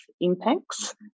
impacts